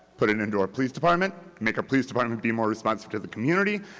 put it into our police department, make our police department be more responsive to the community,